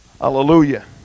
Hallelujah